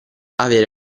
avere